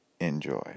enjoy